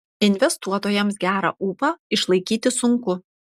investuotojams gerą ūpą išlaikyti sunku